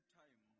time